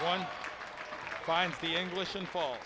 one find the anguish and fall